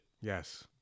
Yes